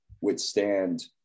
withstand